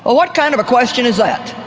ah what kind of a question is that?